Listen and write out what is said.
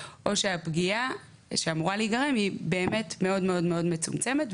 או שהפגיעה שאמורה להיגרם היא מאוד מאוד מצומצמת,